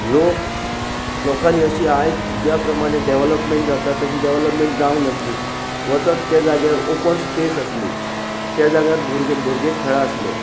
लोक लोकांनी अशी आयज ज्या प्रमाणे डेवलपमेंट जाता तशी डेवलपमेंट जावं नासली वचत त्या जाग्यार ओपन स्पेस आसली त्या जाग्यार भुरगे खेळ आसले